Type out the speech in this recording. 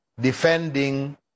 defending